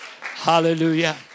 Hallelujah